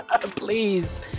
Please